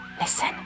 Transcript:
Listen